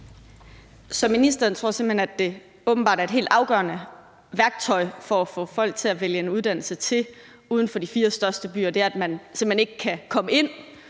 Så ministeren mener simpelt hen, at det åbenbart er et helt afgørende værktøj for at få folk til at vælge en uddannelse til uden for de fire største byer, at man simpelt hen ikke kan komme ind